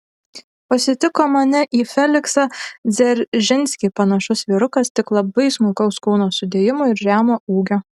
pasitiko mane į feliksą dzeržinskį panašus vyrukas tik labai smulkaus kūno sudėjimo ir žemo ūgio